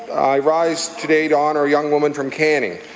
i rise today to honour a young woman from canning.